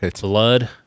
blood